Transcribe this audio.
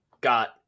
got